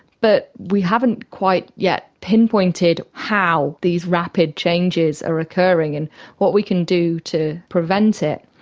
but we haven't quite yet pinpointed how these rapid changes are occurring and what we can do to prevent it.